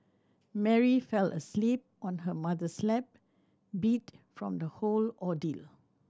Mary fell asleep on her mother's lap beat from the whole ordeal